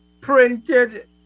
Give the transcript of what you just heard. printed